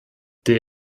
der